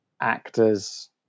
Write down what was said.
actors